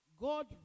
God